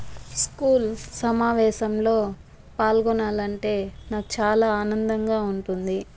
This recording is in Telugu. స్కూల్ సమావేశంలో పాల్గొనాలి అంటే నాకు చాలా ఆనందంగా ఉంటుంది